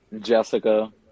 Jessica